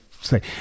say